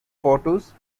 photos